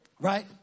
Right